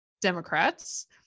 Democrats